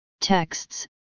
texts